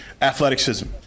athleticism